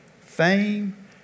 fame